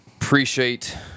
Appreciate